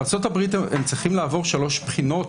בארה"ב הם צריכים לעבור שלוש בחינות